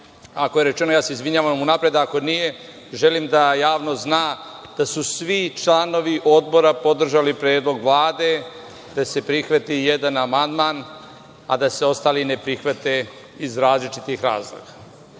ako je rečeno ja se izvinjavam unapred, a ako nije želim da javnost zna da su svi članovi Odbora podržali predlog Vlade da se prihvati jedan amandman, a da se ostali ne prihvate iz različitih razloga.I